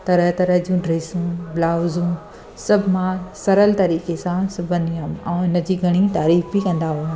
तरह तरह जूं ड्रेसियूं ब्लाउज़ूं सभु मां सरल तरीक़े सां सिबंदी हुअमि ऐं हिनजी घणी तारीफ़ बि कंदा हुआ